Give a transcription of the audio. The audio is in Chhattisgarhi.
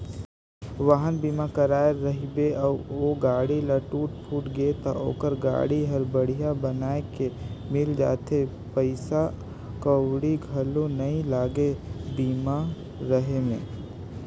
वाहन बीमा कराए रहिबे अउ गाड़ी ल टूट फूट गे त ओखर गाड़ी हर बड़िहा बनाये के मिल जाथे पइसा कउड़ी घलो नइ लागे बीमा रहें में